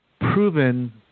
proven